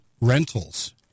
rentals